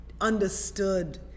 understood